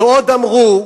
ועוד אמרו: